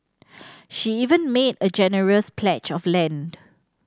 she even made a generous pledge of land